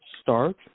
start